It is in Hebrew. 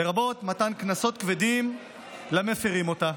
לרבות מתן קנסות כבדים למפירים אותה.